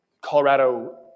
Colorado